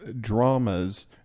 dramas